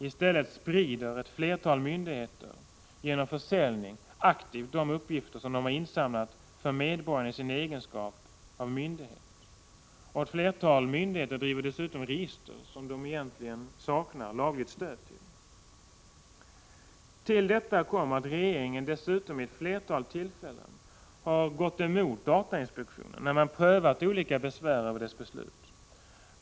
I stället sprider ett flertal myndigheter genom försäljning aktivt de uppgifter som de har insamlat för medborgarna i sin egenskap av myndighet. Ett flertal myndigheter för dessutom register, som de egentligen saknar lagligt tillstånd till. Till detta kommer att regeringen vid ett flertal tillfällen gått emot datainspektionen, när man prövat besvär över dess beslut.